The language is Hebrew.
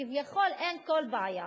כביכול אין כל בעיה,